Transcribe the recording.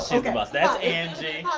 so ok but that's angie.